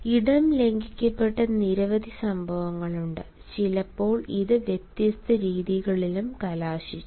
ഇടം ലംഘിക്കപ്പെട്ട നിരവധി സംഭവങ്ങളുണ്ട് ചിലപ്പോൾ ഇത് വ്യത്യസ്ത രീതികളിലും കലാശിച്ചു